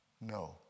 No